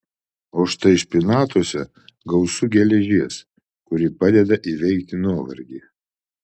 o štai špinatuose gausu geležies kuri padeda įveikti nuovargį